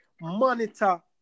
monitor